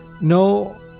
No